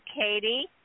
Katie